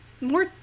More